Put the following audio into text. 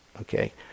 okay